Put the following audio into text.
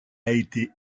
été